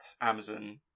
Amazon